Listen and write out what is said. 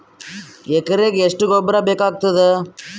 ಎಕರೆಗ ಎಷ್ಟು ಗೊಬ್ಬರ ಬೇಕಾಗತಾದ?